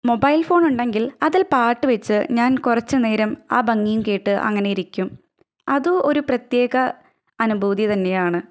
mobile ഫോണുണ്ടെങ്കില് അതില് പാട്ട് വെച്ച് ഞാന് കുറച്ചു നേരം ആ ഭംഗിയും കേട്ട് അങ്ങനെ ഇരിക്കും അതും ഒരു പ്രത്യേക അനുഭൂതി തന്നെയാണ്